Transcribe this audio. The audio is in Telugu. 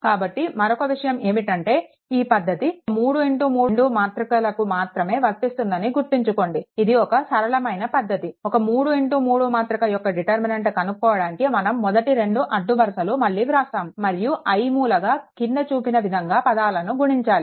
కాబట్టి మరొక విషయం ఏమిటంటే ఈ పద్ధతి 33 మాతృక లకు మాత్రమే వర్తిస్తుందని గుర్తుంచుకోండి ఇది ఒక్క సరళమైన పద్దతి ఒక 33 మాతృక యొక్క డిటర్మినెంట్ కనుక్కోవడానికి మనం మొదటి రెండు అడ్డు వరుసలు మళ్ళీ వ్రాస్తాము మరియు ఐమూలగా కింద చూపిన విధంగా పదాలను గుణించాలి